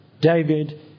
David